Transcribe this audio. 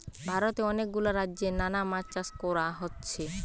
ভারতে অনেক গুলা রাজ্যে নানা মাছ চাষ কোরা হচ্ছে